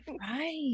Right